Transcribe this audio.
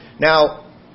Now